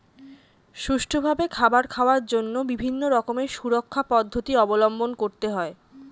সুষ্ঠুভাবে খাবার খাওয়ার জন্য বিভিন্ন রকমের সুরক্ষা পদ্ধতি অবলম্বন করতে হয়